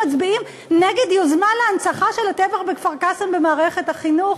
מצביעים נגד יוזמה להנצחה של קורבנות הטבח בכפר-קאסם במערכת החינוך?